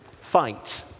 fight